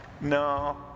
No